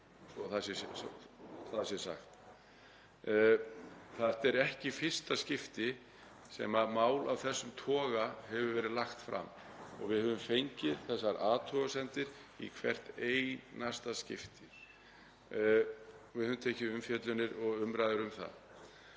Þetta er ekki í fyrsta skipti sem mál af þessum toga hefur verið lagt fram og við höfum fengið þessar athugasemdir í hvert einasta skipti. Við höfum tekið umfjöllun og umræður um það.